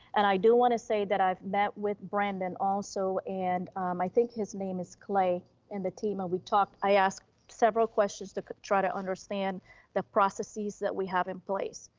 and i do want to say that i've met with brandon also. and i think his name is clay and the team, and we talked, i asked several questions to try to understand the processes that we have in place.